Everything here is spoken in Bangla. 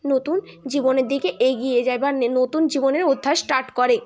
নতুন জীবনের দিকে এগিয়ে যায় বা নতুন জীবনের অধ্যায় স্টার্ট করে